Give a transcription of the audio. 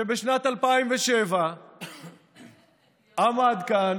שבשנת 2007 עמד כאן